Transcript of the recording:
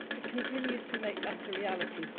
to continue to make that a reality.